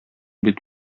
бит